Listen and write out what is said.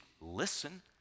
listen